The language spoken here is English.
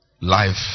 Life